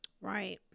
Right